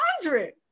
hundred